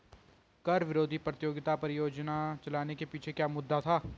कर विरोधी प्रतियोगिता परियोजना चलाने के पीछे क्या मुद्दा था?